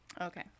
Okay